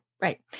right